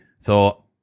thought